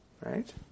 right